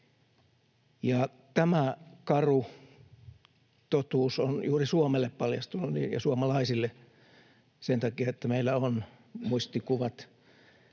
Tämä karu totuus on paljastunut juuri Suomelle ja suomalaisille sen takia, että meillä on muistikuvat